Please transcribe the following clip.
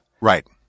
Right